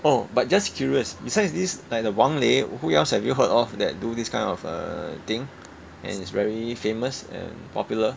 oh but just curious besides this like the 王雷 who else have you heard of that do this kind of uh thing and it's very famous and popular